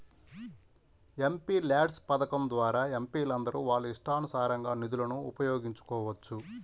MPLADS పథకం ద్వారా ఎంపీలందరూ వాళ్ళ ఇష్టానుసారం నిధులను ఉపయోగించుకోవచ్చు